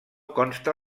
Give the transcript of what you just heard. consta